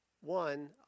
One